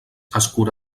escura